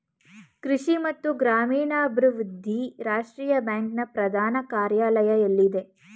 ಕೃಷಿ ಮತ್ತು ಗ್ರಾಮೀಣಾಭಿವೃದ್ಧಿ ರಾಷ್ಟ್ರೀಯ ಬ್ಯಾಂಕ್ ನ ಪ್ರಧಾನ ಕಾರ್ಯಾಲಯ ಎಲ್ಲಿದೆ?